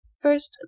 First